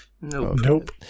Nope